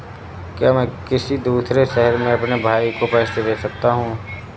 क्या मैं किसी दूसरे शहर में अपने भाई को पैसे भेज सकता हूँ?